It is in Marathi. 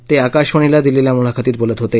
ते आकाशवाणीला दिलेल्या मुलाखतीत बोलत होते